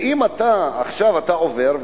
ואם עכשיו אתה עובר,